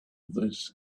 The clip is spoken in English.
this